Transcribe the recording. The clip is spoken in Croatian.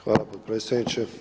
Hvala potpredsjedniče.